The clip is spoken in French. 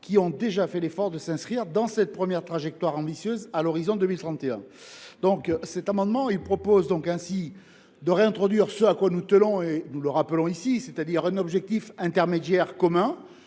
qui ont déjà fait l’effort de s’inscrire dans une première trajectoire ambitieuse à l’horizon de 2031. Cet amendement vise ainsi à réintroduire ce à quoi nous tenons, et que je rappelle ici, à savoir un objectif intermédiaire commun,